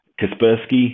Kaspersky